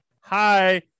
hi